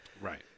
Right